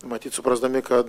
matyt suprasdami kad